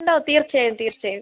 ഉണ്ടാകും തീർച്ചയായും തീർച്ചയായും